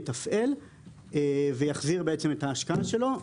יתפעל ויחזיר את ההשקעה שלו,